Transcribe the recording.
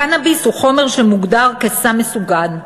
קנאביס הוא חומר שמוגדר כסם מסוכן,